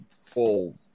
full